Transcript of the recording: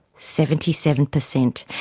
seventy seven percent.